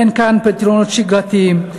אין כאן פתרונות שגרתיים.